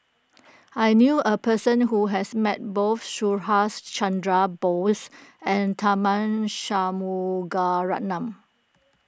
I knew a person who has met both Subhas Chandra Bose and Tharman Shanmugaratnam